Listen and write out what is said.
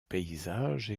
paysage